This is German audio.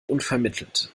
unvermittelt